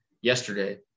yesterday